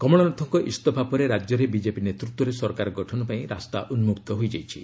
କମଳନାଥଙ୍କ ଇସ୍ତଫା ପରେ ରାଜ୍ୟରେ ବିଜେପି ନେତୃତ୍ୱରେ ସରକାର ଗଠନ ପାଇଁ ରାସ୍ତା ଉନ୍କକ୍ତ ହୋଇଯାଇଛି